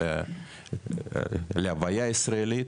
להוויה ישראלית.